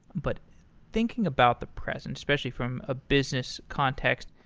but thinking about the present, especially from a business context,